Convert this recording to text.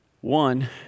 One